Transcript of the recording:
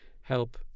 help